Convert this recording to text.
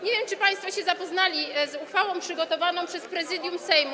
Nie wiem, czy państwo się zapoznali z uchwałą przygotowaną przez Prezydium Sejmu.